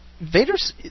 Vader's